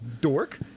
dork